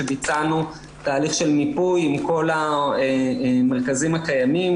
שביצענו תהליך של מיפוי מכל המרכזים הקיימים,